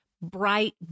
bright